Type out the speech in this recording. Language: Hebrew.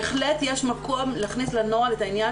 בהחלט יש מקום להכניס לנוהל את העניין